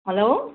hello